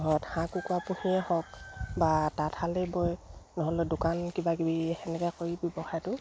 ঘৰত হাঁহ কুকুৰা পুহিয়ে হওক বা তাঁতশালেই বৈ নহ'লে দোকান কিবা কিবি সেনেকে কৰি ব্যৱসায়টো